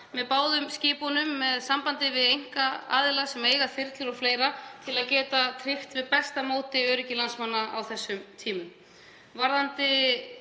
með báðum skipunum, með sambandi við einkaaðila sem eiga þyrlur o.fl., til að geta tryggt með besta móti öryggi landsmanna á þessum tímum.